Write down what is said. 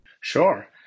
Sure